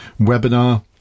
webinar